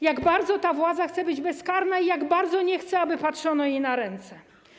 Jak bardzo ta władza chce być bezkarna i jak bardzo nie chce, aby patrzono jej na ręce?